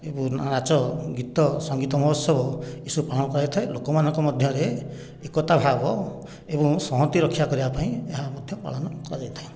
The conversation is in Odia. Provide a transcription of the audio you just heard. ଏବଂ ନାଚ ଗୀତ ସଂଗୀତ ମହୋତ୍ସବ ଏସବୁ ପାଳନ କରାଯାଇଥାଏ ଲୋକମାନଙ୍କ ମଧ୍ୟରେ ଏକତା ଭାବ ଏବଂ ସଂହତି ରକ୍ଷା କରିବା ପାଇଁ ଏହା ମଧ୍ୟ ପାଳନ କରାଯାଇଥାଏ